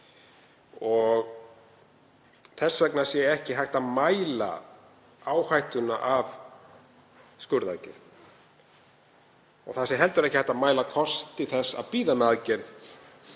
Þess vegna sé ekki hægt að mæla áhættuna af skurðaðgerð og heldur ekki hægt að mæla kosti þess að bíða með aðgerð